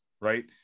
Right